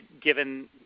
given